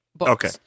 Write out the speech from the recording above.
Okay